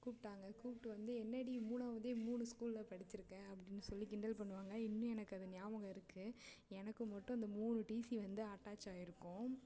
கூப்பிட்டாங்க கூப்பிட்டு வந்து என்னடி மூணாவதே மூணு ஸ்கூலில் படிச்சிருக்கே அப்படின்னு சொல்லி கிண்டல் பண்ணுவாங்க இன்னும் எனக்கு அது ஞாபகம் இருக்குது எனக்கு மட்டும் அந்த மூணு டிசி வந்து அட்டாச் ஆகிருக்கும்